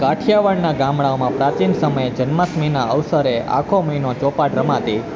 કાઠિયાવાડના ગામડાઓમાં પ્રાચીન સમયે જન્માષ્ટમીના અવસરે આખો મહિનો ચોપાટ રમાતી